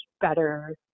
better